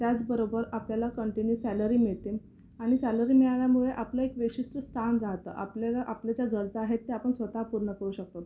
त्याचबरोबर आपल्याला continue salary मिळते आणि सॅलरी मिळाल्यामुळे आपलं एक वैशिस् स्थान राहतं आपल्याला आपल्या ज्या गरजा आहेत त्या आपण स्वत पूर्ण करू शकतो